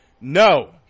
No